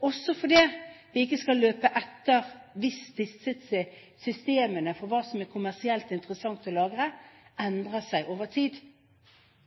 også fordi vi ikke skal løpe etter hvis systemene for hva som er kommersielt interessant å lagre, endrer seg over tid,